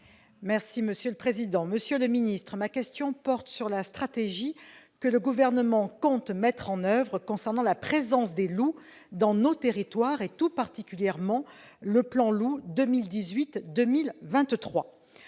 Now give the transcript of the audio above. Monsieur le secrétaire d'État, ma question porte sur la stratégie que le Gouvernement compte mettre en oeuvre concernant la présence du loup dans nos territoires et tout particulièrement le plan Loup 2018-2023.